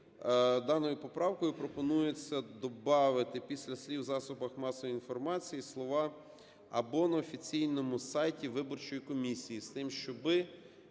даною поправкою пропонується добавити після слів "засобах масової інформації" слова "або на офіційному сайті виборчої комісії", з тим щоб